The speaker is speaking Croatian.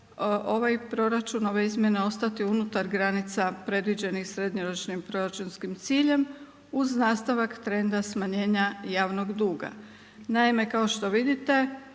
ovaj proračun, ove izmjene ostati unutar granica predviđenih srednjoročnim proračunskim ciljem uz nastavak trenda smanjenja javnog duga. Naime, kao što vidite